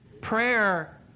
Prayer